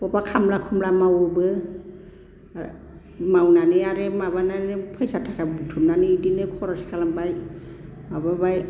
बबा खामला खुमला मावोबो मावनानै आरो माबानानै फैसा थाखा बुथुमनानै इदिनो खरस खालामबाय माबाबाय